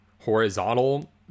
horizontal